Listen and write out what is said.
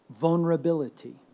vulnerability